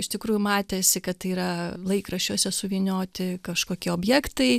iš tikrųjų matėsi kad tai yra laikraščiuose suvynioti kažkokie objektai